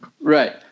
Right